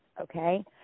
okay